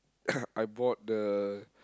I bought the